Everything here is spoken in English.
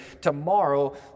Tomorrow